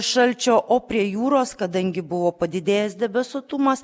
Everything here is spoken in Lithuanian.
šalčio o prie jūros kadangi buvo padidėjęs debesuotumas